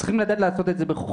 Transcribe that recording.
צריך לעשות את זה בחוכמה,